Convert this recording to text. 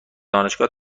دانشگاه